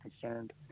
concerned